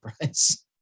price